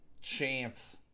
chance